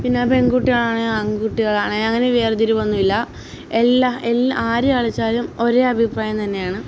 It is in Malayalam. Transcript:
പിന്നെ പെൺകുട്ടിയാണെ ആൺകുട്ടികളാണെ അങ്ങനൊരു വേർതിരിവൊന്നുമില്ല എല്ലാ എല്ല ആരു കളിച്ചാലും ഒരേ അഭിപ്രായം തന്നെയാണ്